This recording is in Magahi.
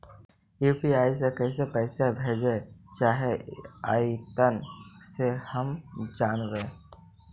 यु.पी.आई से कैसे पैसा भेजबय चाहें अइतय जे हम जानबय?